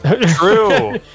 true